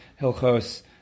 Hilchos